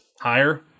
higher